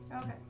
Okay